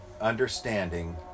understanding